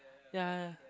ya ya